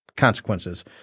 consequences